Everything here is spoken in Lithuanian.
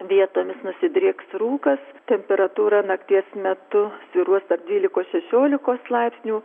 vietomis nusidrieks rūkas temperatūra nakties metu svyruos tarp dvylikos šešiolikos laipsnių